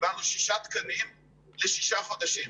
קיבלנו שישה תקנים לשישה חודשים.